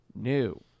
New